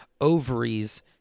ovaries